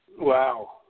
wow